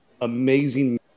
Amazing